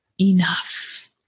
enough